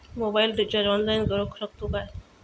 Mobile recharge online करुक शकतू काय?